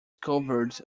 covered